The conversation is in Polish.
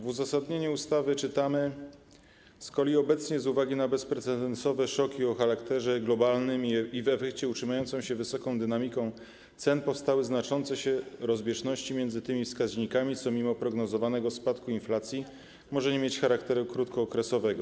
W uzasadnieniu ustawy czytamy: z kolei obecnie, z uwagi na bezprecedensowe szoki o charakterze globalnym i w efekcie utrzymującą się wysoką dynamikę cen powstały znaczące rozbieżności między tymi wskaźnikami, co mimo prognozowanego spadku inflacji może nie mieć charakteru krótkookresowego.